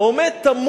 עומד תמה